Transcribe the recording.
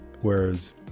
whereas